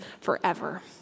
forever